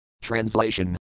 Translation